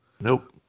Nope